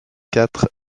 quatre